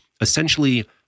essentially